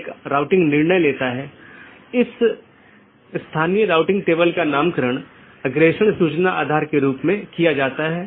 इसलिए दूरस्थ सहकर्मी से जुड़ी राउटिंग टेबल प्रविष्टियाँ अंत में अवैध घोषित करके अन्य साथियों को सूचित किया जाता है